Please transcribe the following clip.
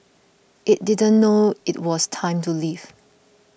it didn't know it was time to leave